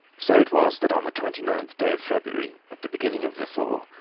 so it was that on the twenty-ninth day of february, at the beginning of the thaw,